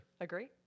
Agree